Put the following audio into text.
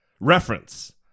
reference